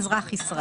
"אזרח ישראל".